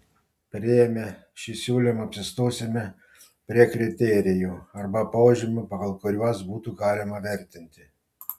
priėmę šį siūlymą apsistosime prie kriterijų arba požymių pagal kuriuos būtų galima vertinti